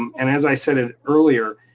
and as i said it earlier,